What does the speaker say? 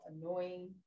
annoying